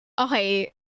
Okay